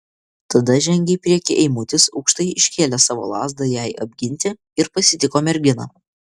tada žengė į priekį eimutis aukštai iškėlęs savo lazdą jai apginti ir pasitiko merginą